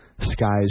Skies